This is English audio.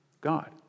God